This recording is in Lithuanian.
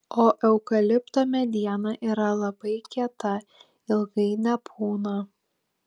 o eukalipto mediena yra labai kieta ilgai nepūna